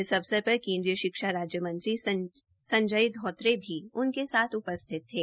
इस अवसर पर केन्द्रीय शिक्षा राज्य मंत्री संजय धोत्रे भी उनके साथ उपस्थित थे